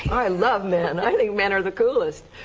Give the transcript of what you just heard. i love men and i think men are the coolest.